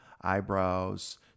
eyebrows